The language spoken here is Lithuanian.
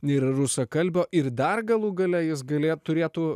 ir rusakalbio ir dar galų gale jis galėjo turėtų